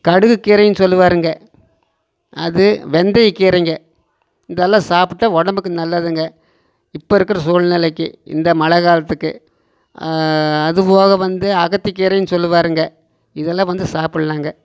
கடுகு கீரையினு சொல்லுவாருங்க அது வெந்தய கீரைங்க இதெல்லாம் சாப்பிடா உடம்புக்கு நல்லதுங்க இப்போ இருக்கிற சூழ்நெலைக்கு இந்த மழைக்காலத்துக்கு அது போக வந்து அகத்தி கீரையினு சொல்லுவாருங்க இதெல்லாம் வந்து சாப்புடலாங்க